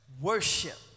worship